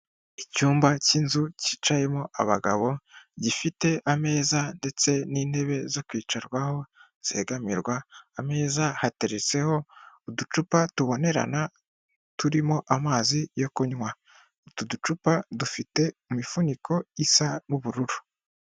Icyumba cy'inzu cyicayemo abagabo, gifite ameza ndetse n'intebe zo kwicarwaho zegamirwa, ameza hateretseho uducupa tubonerana, turimo amazi yo kunywa. Utu ducupa dufite imifuniko isa n'ubururu.